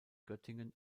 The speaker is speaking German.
göttingen